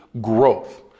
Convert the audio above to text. growth